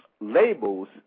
labels